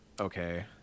okay